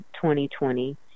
2020